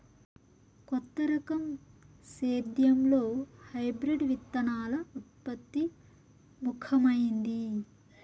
కొత్త రకం సేద్యంలో హైబ్రిడ్ విత్తనాల ఉత్పత్తి ముఖమైంది